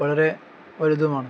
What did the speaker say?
വളരെ വലുതുമാണ്